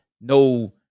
no